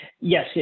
yes